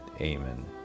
Amen